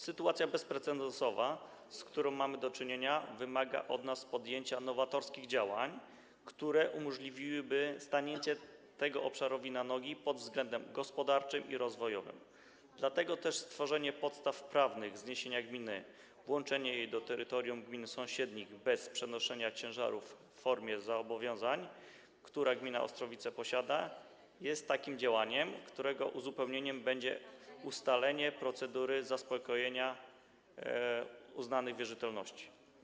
Sytuacja bezprecedensowa, z którą mamy do czynienia, wymaga od nas podjęcia nowatorskich działań, które umożliwiłyby stanięcie temu obszarowi na nogi pod względem gospodarczym i rozwojowym, dlatego też stworzenie podstaw prawnych zniesienia gminy, włączenie jej do terytorium gmin sąsiednich bez przenoszenia ciężarów w formie zobowiązań, które gmina Ostrowice posiada, jest takim działaniem, którego uzupełnieniem będzie ustalenie procedury zaspokojenia uznanych wierzytelności.